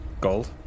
gold